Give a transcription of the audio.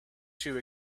too